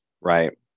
right